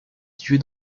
située